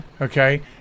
Okay